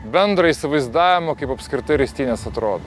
bendrą įsivaizdavimą kaip apskritai ristynės atrodo